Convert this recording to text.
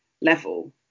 level